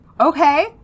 Okay